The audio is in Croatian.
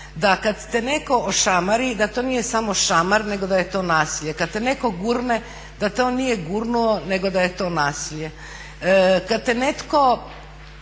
da kad te netko ošamari da to nije samo šamar, nego da je to nasilje. Kad te netko gurne, da te on nije gurnuo, nego da je to nasilje. Kad te netko